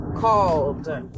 Called